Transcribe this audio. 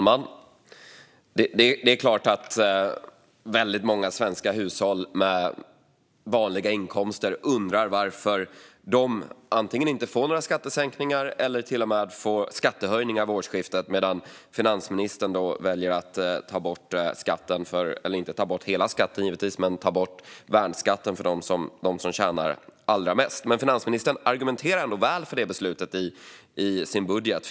Herr talman! Många svenska hushåll med vanliga inkomster undrar såklart varför de inte får några skattesänkningar eller till och med får skattehöjningar vid årsskiftet medan finansministern väljer att ta bort värnskatten för dem som tjänar allra mest. Finansministern argumenterar ändå väl för det beslutet i sin budget.